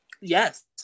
Yes